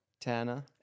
Tana